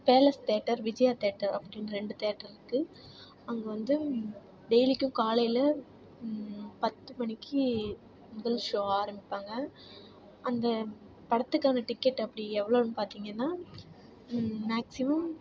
palace theatre Vijaya theatre அப்படின்னு ரெண்டு தேட்டருக்குது அங்கே வந்து டெய்லிக்கும் காலையில் பத்து மணிக்கு முதல் ஷோ ஆரம்மிப்பாங்க அந்த படத்துக்கான டிக்கெட் அப்படி எவ்வளோன் பார்த்தீங்கன்னா மேக்ஸிமம்